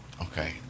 Okay